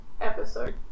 episode